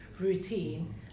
Routine